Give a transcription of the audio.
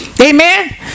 amen